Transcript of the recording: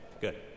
Good